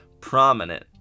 prominent